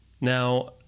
Now